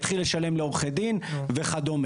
התחיל לשלם לעורכי דין וכדומה.